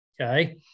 Okay